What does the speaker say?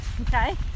Okay